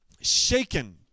shaken